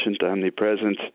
omnipresent